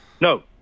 No